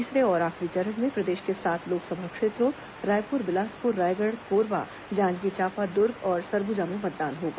तीसरे और आखिरी चरण में प्रदेश के सात लोकसभा क्षेत्रों रायपुर बिलासपुर रायगढ़ कोरबा जांजगीर चांपा दुर्ग और सरगुजा में मतदान होगा